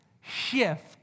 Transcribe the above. shift